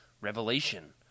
revelation